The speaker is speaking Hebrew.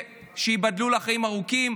שייבדלו לחיים ארוכים,